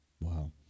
Wow